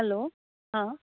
hello हां